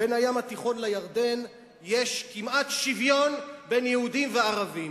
בין הים התיכון לירדן יש כמעט שוויון בין יהודים לערבים.